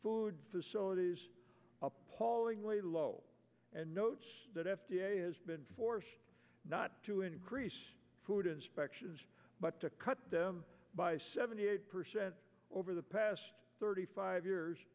food facilities appallingly low and notes that f d a has been forced not to increase food inspections but to cut them by seventy eight percent over the past thirty five years